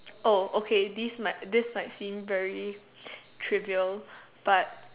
oh okay these might this might seem very trivial but